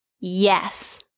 Yes